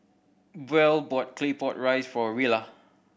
Buel bought Claypot Rice for Rilla